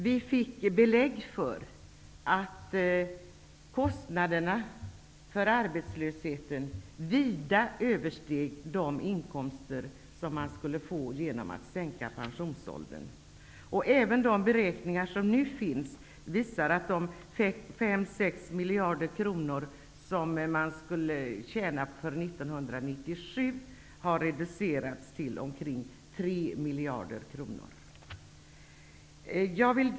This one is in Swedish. Vi fick belägg för att kostnaderna för arbetslösheten vida översteg de inkomster som man skulle få genom att sänka pensionsåldern. Även de beräkningar som nu finns visar att de 5--6 miljarder kronor som man skulle tjäna till 1997 har reducerats till ungefär 3 miljarder kronor.